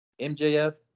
MJF